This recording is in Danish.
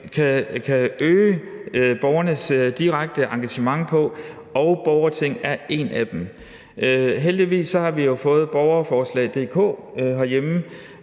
kan øge borgernes direkte engagement på, og borgerting er en af dem. Heldigvis har vi fået borgerforslag.dk herhjemme,